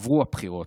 עברו הבחירות,